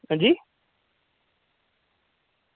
अंजी